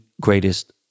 greatest